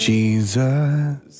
Jesus